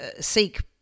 seek